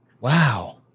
Wow